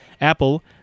apple